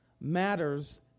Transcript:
matters